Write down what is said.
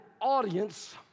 audience